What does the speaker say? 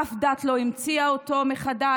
אף דת לא המציאה אותו מחדש,